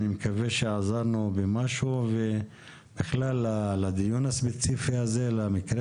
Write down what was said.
אני מקווה שעזרנו במשהו לדיון הספציפי הזה ולמקרה